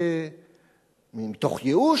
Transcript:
מתוך ייאוש,